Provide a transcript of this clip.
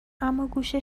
اماگوش